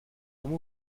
comme